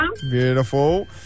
Beautiful